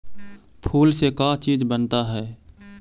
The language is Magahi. फूल से का चीज बनता है?